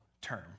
term